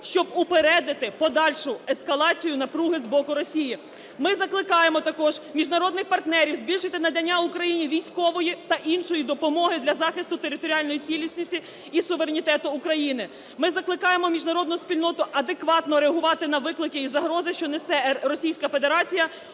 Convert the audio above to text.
щоб упередити подальшу ескалацію напруги з боку Росії. Ми закликаємо також міжнародних партнерів збільшити надання Україні військової та іншої допомоги для захисту територіальної цілісності і суверенітету України. Ми закликаємо міжнародну спільноту адекватно реагувати на виклики і загрози, що несе Російська Федерація,